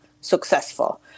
successful